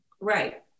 Right